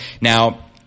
Now